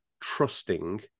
trusting